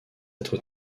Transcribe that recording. être